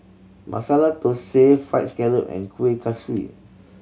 Masala Thosai Fried Scallop and Kuih Kaswi